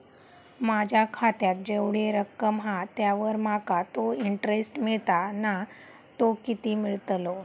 माझ्या खात्यात जेवढी रक्कम हा त्यावर माका तो इंटरेस्ट मिळता ना तो किती मिळतलो?